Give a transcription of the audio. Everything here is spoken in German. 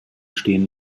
stehen